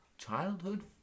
Childhood